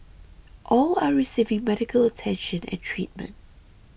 all are receiving medical attention and treatment